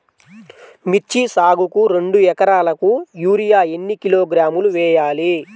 మిర్చి సాగుకు రెండు ఏకరాలకు యూరియా ఏన్ని కిలోగ్రాములు వేయాలి?